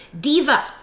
diva